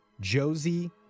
Josie